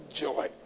joy